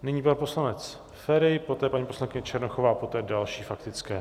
Nyní pan poslanec Feri, poté paní poslankyně Černochová, poté další faktické.